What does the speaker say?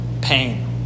pain